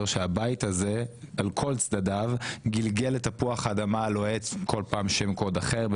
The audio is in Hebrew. שהבית הזה על כל צדדיו גלגל את תפוח האדמה הלוהט כל פעם בשם קוד אחר לבג"צ